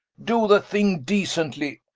do the thing decently,